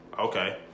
Okay